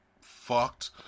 fucked